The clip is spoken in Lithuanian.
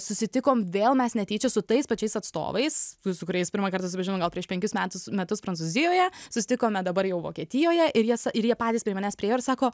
susitikom vėl mes netyčia su tais pačiais atstovais su kuriais pirmąkart susipažinom gal prieš penkis metus metus prancūzijoje susitikome dabar jau vokietijoje ir jie ir jie patys prie manęs priėjo ir sako